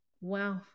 Wow